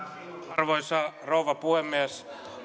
arvoisa rouva puhemies